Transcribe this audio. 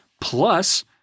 Plus